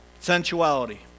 Sensuality